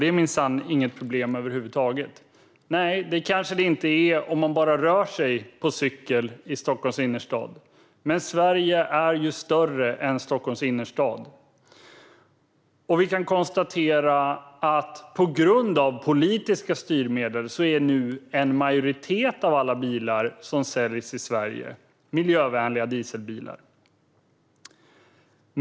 Det är minsann inget problem över huvud taget. Nej, det kanske det inte är om man bara rör sig på cykel i Stockholms innerstad. Men Sverige är ju större än Stockholms innerstad. På grund av politiska styrmedel är nu en majoritet av alla bilar som säljs i Sverige miljövänliga dieselbilar.